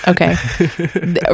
Okay